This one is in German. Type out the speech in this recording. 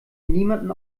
niemandem